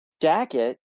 jacket